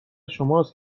شماست